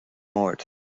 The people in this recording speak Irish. mbord